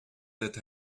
that